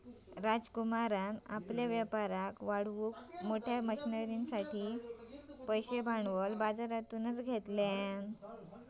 राजकुमारान आपल्या व्यापाराक वाढवूक मोठ्या मशनरींसाठिचे पैशे भांडवल बाजरातना घेतल्यान